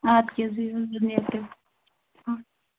اَدٕ کیٛاہ حظ بِہِو حظ بہٕ نیرٕ تیٚلہِ